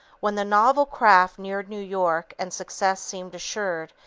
when the novel craft neared new york and success seemed assured,